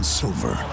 silver